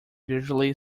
visually